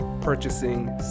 purchasing